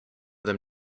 them